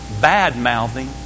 bad-mouthing